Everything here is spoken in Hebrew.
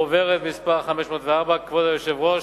חוברת מס' 504. כבוד היושב-ראש,